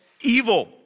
evil